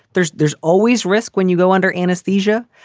there's there's always risk when you go under anesthesia.